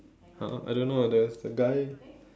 !huh! I don't know the the guy